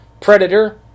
Predator